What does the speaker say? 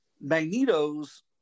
Magneto's